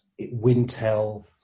Wintel